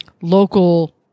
local